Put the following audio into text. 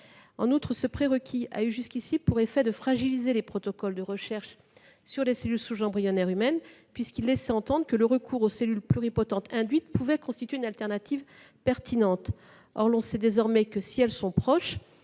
En outre, ce prérequis a eu jusqu'ici pour effet de fragiliser les protocoles de recherches sur les cellules souches embryonnaires humaines, puisqu'il laissait entendre que le recours aux cellules pluripotentes induites pouvait constituer une solution de rechange pertinente. Or l'on sait désormais que, si elles sont proches,